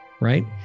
Right